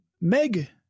Meg